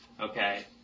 Okay